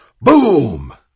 Boom